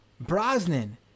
Brosnan